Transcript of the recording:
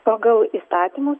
pagal įstatymus